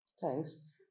Thanks